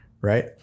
right